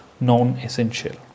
non-essential